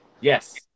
Yes